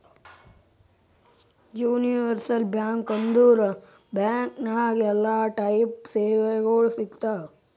universal bank ಅಂದುರ್ bank ನಾಗ್ ಎಲ್ಲಾ ಟೈಪ್ ಸೇವೆಗೊಳ್ ಸಿಗ್ತಾವ್